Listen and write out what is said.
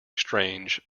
strange